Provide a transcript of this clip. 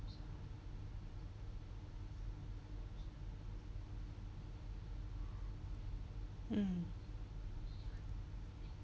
mm